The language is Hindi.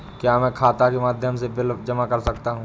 क्या मैं खाता के माध्यम से बिल जमा कर सकता हूँ?